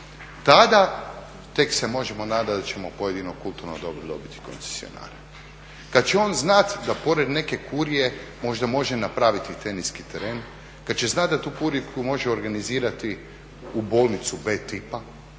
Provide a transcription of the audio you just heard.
tada tek se možemo nadati da ćemo za pojedino kulturno dobro dobiti koncesionare. Kad će on znati da pored neke kurije možda može napraviti teniski teren, kad će znati da tu …/Govornik se ne razumije./… može organizirati u bolnici B tipa,